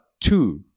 two